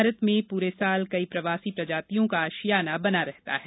भारत में पूरे साल कई प्रवासी प्रजातियों का आशियाना बना रहता है